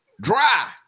dry